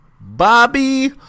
Bobby